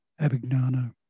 Abignano